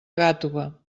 gàtova